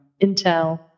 Intel